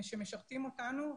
שמשרתים אותנו,